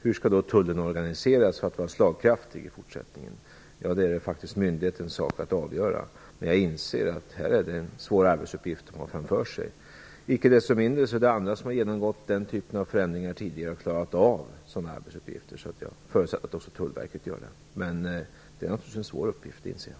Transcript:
Hur skall då Tullen organiseras för att vara slagkraftig i fortsättningen? Ja, det är faktiskt myndighetens sak att avgöra. Men jag inser att det är en svår arbetsuppgift man har framför sig. Icke desto mindre har andra genomgått den typen av förändringar tidigare och klarat av det, så jag förutsätter att också Tullverket gör det. Men det är naturligtvis en svår uppgift. Det inser jag.